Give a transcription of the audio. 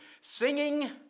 singing